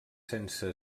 sense